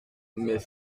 mais